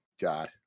God